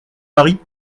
mari